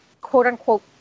quote-unquote